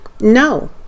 No